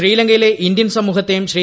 ശ്രീലങ്ക യിലെ ഇന്ത്യൻ സമൂഹത്തെയും ശ്രീ